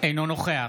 אינו נוכח